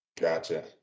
Gotcha